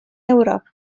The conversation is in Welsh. ewrop